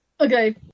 Okay